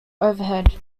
overhead